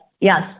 yes